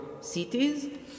cities